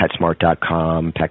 PetSmart.com